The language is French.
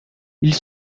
ils